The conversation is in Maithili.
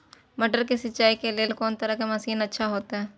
मटर के सिंचाई के लेल कोन तरह के मशीन अच्छा होते?